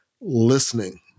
listening